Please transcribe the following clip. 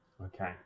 Okay